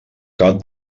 cap